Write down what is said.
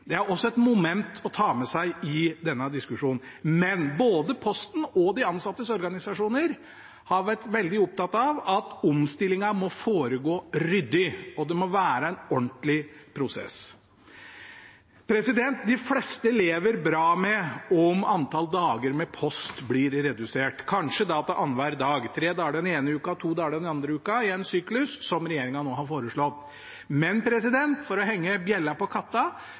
Det er også et moment å ta med seg i denne diskusjonen. Men både Posten og de ansattes organisasjoner har vært veldig opptatt av at omstillingen må foregå ryddig, og at det må være en ordentlig prosess. De fleste lever bra med at antall dager med post blir redusert, kanskje til annenhver dag – tre dager den ene uken og to dager den andre, i en syklus, som regjeringen nå har foreslått. Men for å henge bjella på